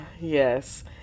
Yes